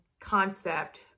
concept